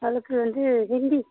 அவளுக்கு வந்து ஹிந்தி